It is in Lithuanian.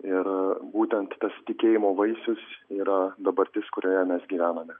ir būtent tas tikėjimo vaisius yra dabartis kurioje mes gyvename